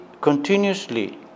continuously